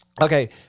Okay